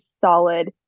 solid